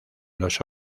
los